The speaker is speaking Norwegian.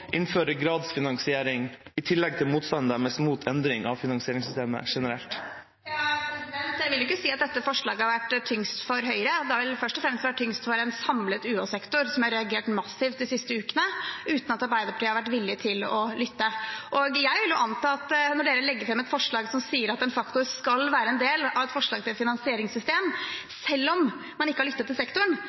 gradsfinansiering, i tillegg til motstanden deres mot endring av finansieringssystemet? Jeg vil ikke si at dette forslaget har vært tyngst for Høyre. Det har først og fremst vært tungt for en samlet UH-sektor, som har reagert massivt de siste ukene, uten at Arbeiderpartiet har vært villig til å lytte. Jeg vil anta at når Arbeiderpartiet legger fram et forslag som sier at en faktor skal være en del av et forslag til et finansieringssystem, selv om de ikke har lyttet til sektoren,